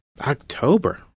October